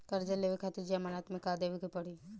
कर्जा लेवे खातिर जमानत मे का देवे के पड़ी?